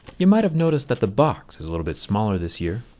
you might have noticed that the box is a little bit smaller this year.